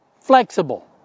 flexible